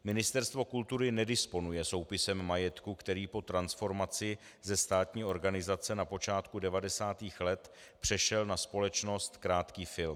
Ministerstvo kultury nedisponuje soupisem majetku, který po transformaci ze státní organizace na počátku 90. let přešel na společnost Krátký film.